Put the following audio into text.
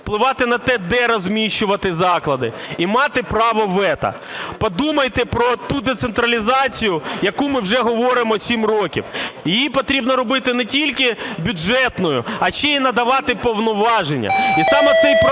впливати на те, де розміщувати заклади і мати право вето. Подумайте про ту децентралізацію, про яку ми вже говоримо 7 років, її потрібно робити не тільки бюджетною, а ще й надавати повноваження.